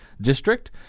district